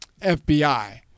FBI